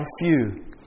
few